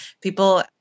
people